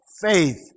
faith